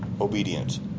obedient